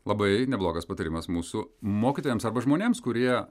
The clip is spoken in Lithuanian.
labai neblogas patarimas mūsų mokytojams arba žmonėms kurie